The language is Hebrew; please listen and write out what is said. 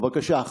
בבקשה.